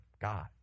God